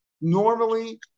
normally